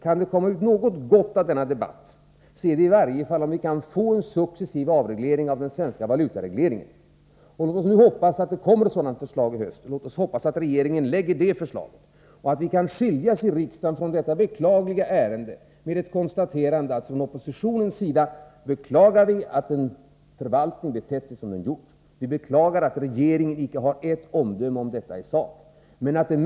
Kan det komma något gott ut av denna debatt, är det om vi kan få en successiv avreglering av den svenska valutaregleringen. Låt oss nu hoppas att regeringen lägger fram ett sådant förslag i höst, och att vi här i riksdagen kan skiljas från detta beklagliga ärende med ett konstaterande att vi från oppositionens sida beklagar att en förvaltning betett sig som den gjort. Vi beklagar att regeringen inte kommer med något som helst omdöme om detta i sak.